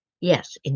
Yes